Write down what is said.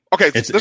okay